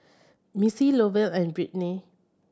Missie Lovell and Brittnee